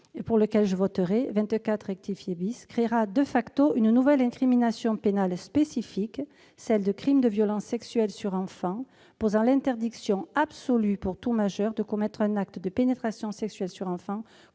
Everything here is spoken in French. de l'amendement n° 24 rectifié créera une nouvelle incrimination pénale spécifique, celle de crime de violence sexuelle sur enfant, posant l'interdiction absolue pour tout majeur de commettre un acte de pénétration sexuelle sur un enfant,